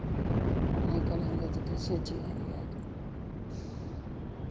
नहीं करेंगे तो कैसे जियेंगे आदमी